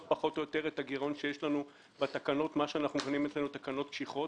בחודשים האחרונים לגבי התשלומים לגבי כל התקנות שמכונות תקנות קשיחות.